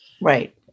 Right